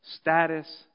status